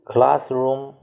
Classroom